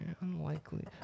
Unlikely